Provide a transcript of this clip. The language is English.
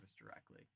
directly